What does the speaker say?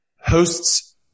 hosts